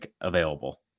available